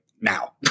now